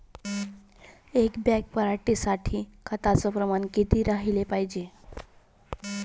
एक बॅग पराटी साठी खताचं प्रमान किती राहाले पायजे?